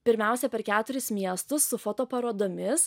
pirmiausia per keturis miestus su fotoparodomis